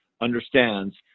understands